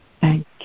Thank